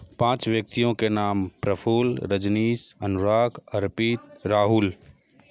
पाँच व्यक्तियों के नाम प्रफुल्ल रजनीश अनुराग अर्पित राहुल